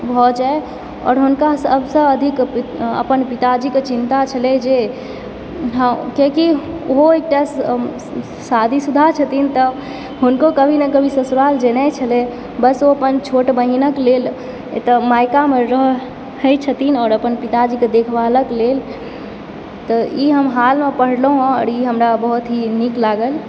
भऽ जाय आओर हुनका सभसँ अधिक अपन पिताजीकेँ चिन्ता छलय जे हँ किआकि ओहो एकटा शादीशुदा छथिन तऽ हुनको कभी न कभी ससुराल जेनाइ छलय बस ओ अपन छोट बहिनक लेल एतय मायकामे रहय छथिन आओर अपन पिताजीकेँ देखभालक लेल तऽ ई हम हालमे पढ़लहुँ हँ आ ई हमरा बहुत नीक लागल